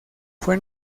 fue